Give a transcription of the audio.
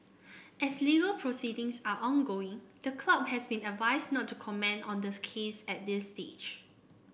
as legal proceedings are ongoing the club has been advised not to comment on this case at this stage